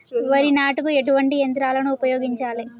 వరి నాటుకు ఎటువంటి యంత్రాలను ఉపయోగించాలే?